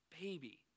baby